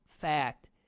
fact